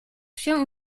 się